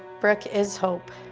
brooke is hope.